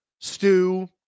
stew